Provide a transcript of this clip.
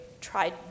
tried